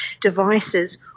devices